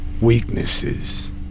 Weaknesses